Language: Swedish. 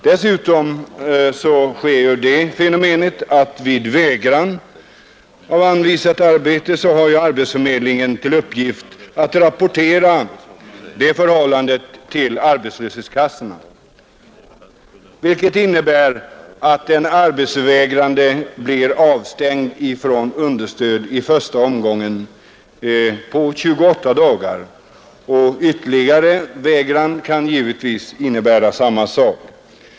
Dessutom har arbetsförmedlingen till uppgift att vid vägraatt ta anvisat arbete rapportera detta förhållande till arbetslöshetskassan, vilket innebär att den arbetsvägrande blir avstängd från understöd, i första omgången på 28 dagar. Upprepad vägran kan givetvis få samma påföljd.